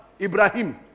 Ibrahim